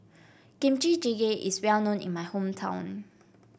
Kimchi Jjigae is well known in my hometown